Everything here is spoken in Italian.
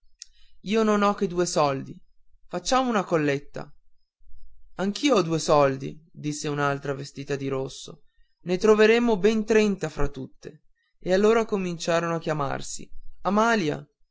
io non ho che due soldi facciamo la colletta anch'io ho due soldi disse un'altra vestita di rosso ne troveremo ben trenta fra tutte e allora cominciarono a chiamarsi amalia